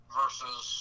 versus